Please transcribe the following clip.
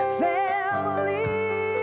family